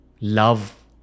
love